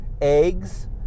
eggs